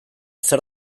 zer